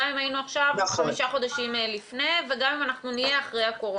גם אם היינו חמישה חודשים לפני וגם אם נהיה אחרי הקורונה.